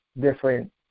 different